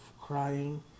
Crying